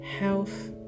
health